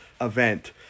event